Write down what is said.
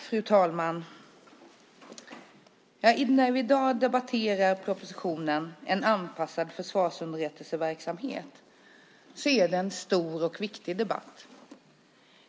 Fru talman! När vi i dag debatterar propositionen En anpassad försvarsunderrättelseverksamhet är det en stor och viktig debatt.